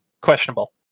questionable